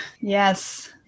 Yes